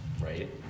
right